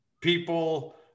people